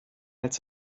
als